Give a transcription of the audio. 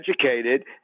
educated